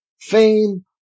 fame